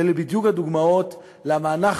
ואלה בדיוק הדוגמאות למה אנחנו,